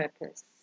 purpose